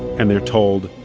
and they're told,